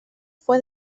fue